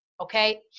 okay